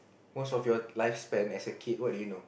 most of your life spent as a kid what do you know